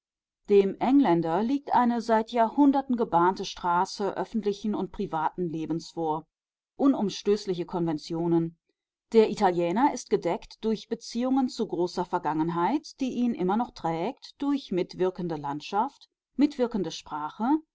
dem engländer liegt eine seit jahrhunderten gebahnte straße öffentlichen und privaten lebens vor unumstößliche konventionen der italiener ist gedeckt durch beziehungen zu großer vergangenheit die ihn immer noch trägt durch mitwirkende landschaft mitwirkende sprache